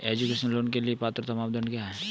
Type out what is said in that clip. Education loan के लिए पात्रता मानदंड क्या है?